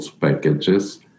packages